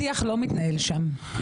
שיח לא מתנהל שם.